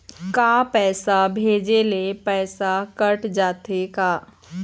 का पैसा भेजे ले पैसा कट जाथे का?